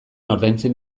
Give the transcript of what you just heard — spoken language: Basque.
ordaintzen